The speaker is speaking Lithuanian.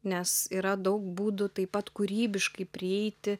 nes yra daug būdų taip pat kūrybiškai prieiti